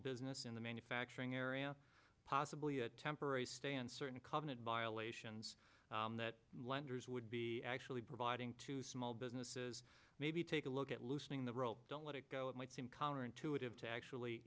business in the manufacturing area possibly a temporary stay in certain covenant violations that lenders would be actually providing to small businesses maybe take a look at loosening the rope don't let it go it might seem counterintuitive to actually